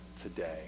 Today